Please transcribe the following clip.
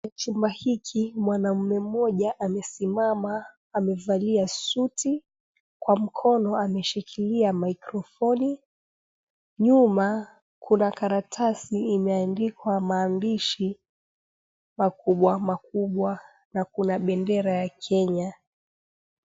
Ndani ya chumba hiki mwanaume amesimama amevalia suti, kwa mkono ameshikilia maikrofoni, nyuma kuna karatasi imeandikwa maandishi makubwa makubwa na kuna bendera ya Kenya.